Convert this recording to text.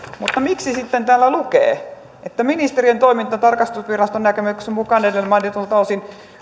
mutta miksi sitten täällä lukee että ministeriön toiminta tarkastusviraston näkemyksen mukaan edellä mainituilta osin